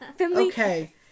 Okay